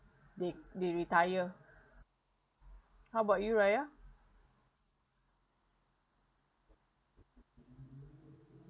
they they retire how about you raya